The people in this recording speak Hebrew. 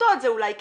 עמותת זה אולי כן,